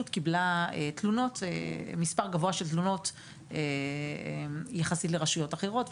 קיבלה מספר גבוה של תלונות יחסית לרשויות אחרות,